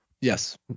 Yes